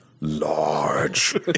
large